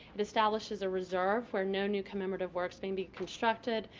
it establishes a reserve where no new commemorative works may be constructed.